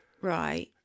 Right